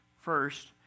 first